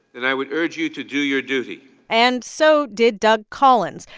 and i would urge you to do your duty and so did doug collins,